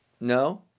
no